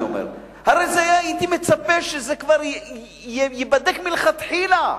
הרי הייתי מצפה שזה ייבדק מלכתחילה,